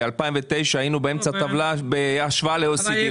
ב-2009 היינו באמצע הטבלה בהשוואה ל-OECD.